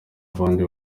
abandi